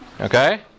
Okay